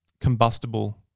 combustible